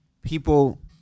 people